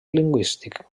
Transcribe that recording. lingüístic